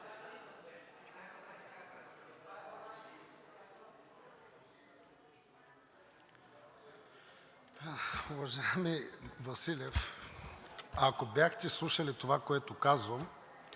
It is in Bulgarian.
ако бяхте слушали това, което казвам,